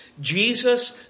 Jesus